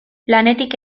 lanetik